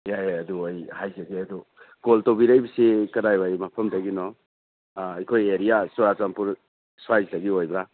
ꯌꯥꯏ ꯌꯥꯏ ꯑꯗꯨ ꯑꯩ ꯍꯥꯏꯖꯒꯦ ꯑꯗꯨ ꯀꯣꯜ ꯇꯧꯕꯤꯔꯛꯏꯕꯁꯤ ꯀꯗꯥꯏꯋꯥꯏ ꯃꯐꯝꯗꯒꯤꯅꯣ ꯑꯩꯈꯣꯏ ꯑꯦꯔꯤꯌꯥ ꯆꯨꯔꯆꯥꯟꯄꯨꯔ ꯁ꯭ꯋꯥꯏꯗꯒꯤ ꯑꯣꯏꯕ꯭ꯔꯥ